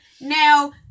now